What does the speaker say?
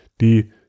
die